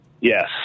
Yes